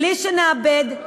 בלי שנאבד,